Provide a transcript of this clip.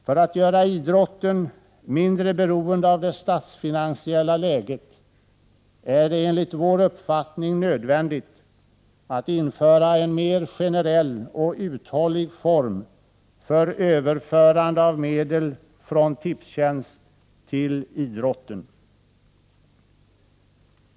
För att göra idrotten mindre beroende av det statsfinansiella läget är det enligt vår uppfattning nödvändigt att införa en mer generell och uthållig form för överförande av medel från Tipstjänst till idrotten.